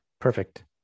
perfect